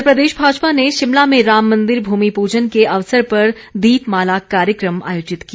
इधर प्रदेश भाजपा ने शिमला में राम मंदिर भूमि पूजन के अवसर पर दीप माला कार्यक्रम आयोजित किया